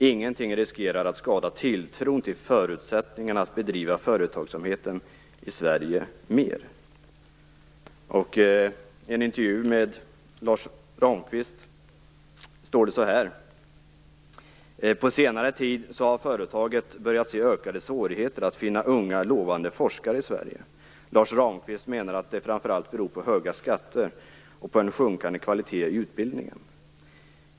Ingenting riskerar att skada tilltron till förutsättningarna att bedriva företagsamheten i I en intervju med Lars Ramqvist står det: "På senare tid har företaget börjat se ökade svårigheter att finna unga, lovande forskare i Sverige. Lars Ramqvist menar att det framför allt beror på höga skatter och på en sjunkande kvalitet i utbildningen.